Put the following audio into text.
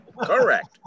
correct